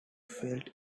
fell